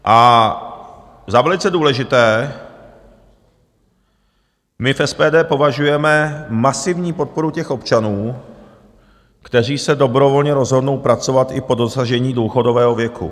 A za velice důležité my v SPD považujeme masivní podporu těch občanů, kteří se dobrovolně rozhodnou pracovat i po dosažení důchodového věku.